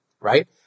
right